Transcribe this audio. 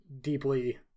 deeply